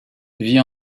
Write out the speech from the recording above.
vit